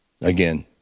again